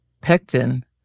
Pectin